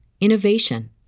innovation